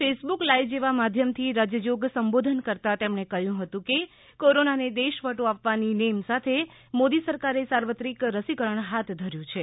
Facebook live જેવા માધ્યમથી રાજ્યજોગ સંબોધન કરતાં તેમણે કહ્યું હતું કે કોરોના ને દેશવટો આપવાની નેમ સાથે મોદી સરકારે સાર્વત્રિક રસીકરણ હાથ ધાર્યું છે